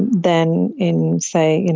than in, say, you know